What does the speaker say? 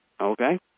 okay